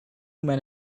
men